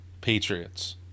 patriots